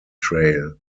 trail